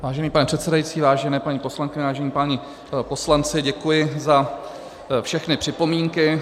Vážený pane předsedající, vážené paní poslankyně, vážení páni poslanci, děkuji za všechny připomínky.